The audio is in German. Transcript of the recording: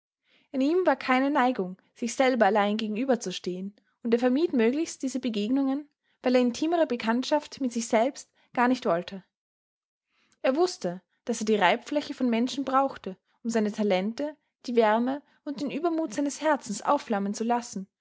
in ihm war keine neigung sich selber allein gegenüberzustehen und er vermied möglichst diese begegnungen weil er intimere bekanntschaft mit sich selbst gar nicht wollte er wußte daß er die reibfläche von menschen brauchte um seine talente die wärme und den übermut seines herzens aufflammen zu lassen